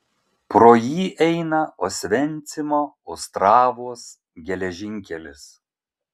pro jį eina osvencimo ostravos geležinkelis